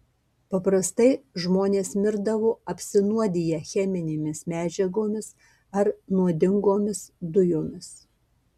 paprastai žmonės mirdavo apsinuodiję cheminėmis medžiagomis ar nuodingomis dujomis